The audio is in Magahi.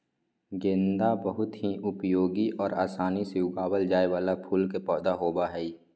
गेंदा बहुत ही उपयोगी और आसानी से उगावल जाय वाला फूल के पौधा होबो हइ